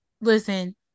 Listen